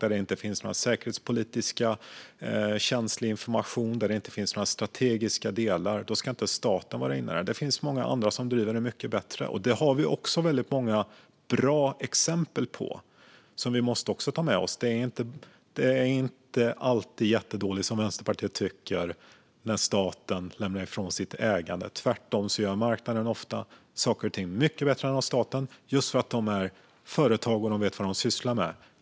Där det inte finns någon säkerhetspolitiskt känslig information eller några strategiska delar ska inte staten vara inne. Det finns många andra som driver det mycket bättre. Det har vi många bra exempel på som vi också måste ta med oss. Det är inte alltid jättedåligt, som Vänsterpartiet tycker, när staten lämnar ifrån sig sitt ägande. Tvärtom gör företag på marknaden ofta saker och ting mycket bättre än staten just för att de är företag och vet vad de sysslar med.